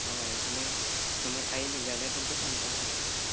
हय समज समज आयलीं जाल्यार तुमकां सांगता हांव